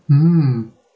mm